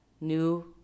new